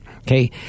Okay